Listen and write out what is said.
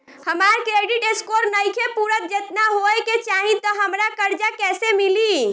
हमार credit score नईखे पूरत जेतना होए के चाही त हमरा कर्जा कैसे मिली?